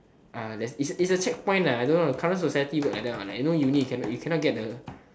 there is is a checkpoint I don't know current society work like that one you cannot get the